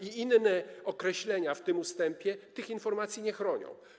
Inne określenia w tym ustępie tych informacji nie chronią.